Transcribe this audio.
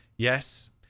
Yes